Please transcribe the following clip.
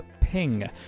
Ping